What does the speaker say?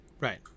right